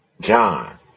John